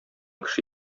кеше